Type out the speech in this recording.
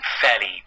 fairly